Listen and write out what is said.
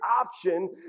option